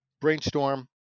brainstorm